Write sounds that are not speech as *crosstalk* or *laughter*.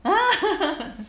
!huh! *laughs*